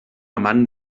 amant